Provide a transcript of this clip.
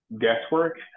guesswork